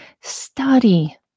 study